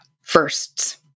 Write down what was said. firsts